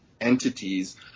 entities